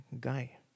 guy